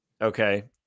Okay